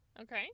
Okay